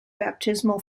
baptismal